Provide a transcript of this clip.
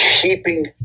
keeping